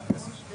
החוצה אני מזהה,